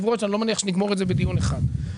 אני לא מניח שנגמור את זה בדיון אחד.